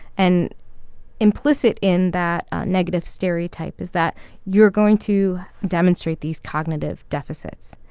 and implicit in that negative stereotype is that you're going to demonstrate these cognitive deficits.